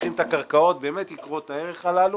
לוקחים את הקרקעות יקרות הערך האלה